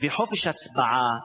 וחופש הצבעה,